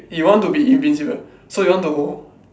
you want to be invisible so you want to